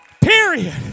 period